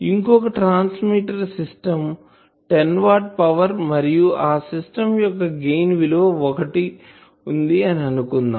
ఇంకో transmitter system 10 watt power మరియు ఆ సిస్టమ్ యొక్క గెయిన్ విలువ1 వుంది అని అనుకుందాం